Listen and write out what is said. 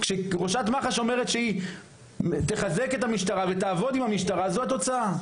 כשראשת מח"ש אומרת שהיא תחזק את המשטרה ותעבוד עם המשטרה זו התוצאה.